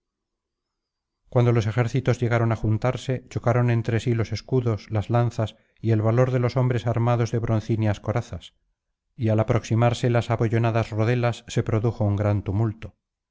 cuando los dos ejércitos llegaron á juntarse chocaron entre sí los escudos las lanzas y el valor de los guerreros armados de broncíneas corazas y al aproximarse las abollonadas rodelas se produjo un gran tumulto